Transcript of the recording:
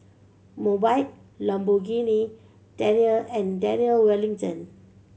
Mobike Lamborghini Daniel and Daniel Wellington